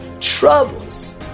troubles